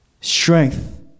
Strength